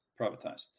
privatized